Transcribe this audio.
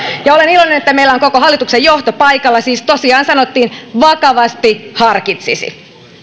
olen iloinen että meillä on koko hallituksen johto paikalla ja siis tosiaan sanottiin vakavasti harkitsisi